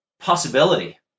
Possibility